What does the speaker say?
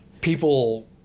people